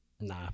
Nah